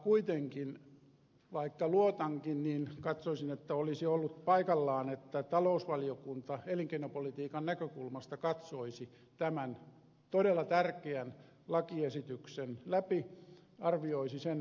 kuitenkin vaikka luotankin katsoisin että olisi ollut paikallaan että talousvaliokunta elinkeinopolitiikan näkökulmasta katsoisi tämän todella tärkeän lakiesityksen läpi arvioisi sen vaikutukset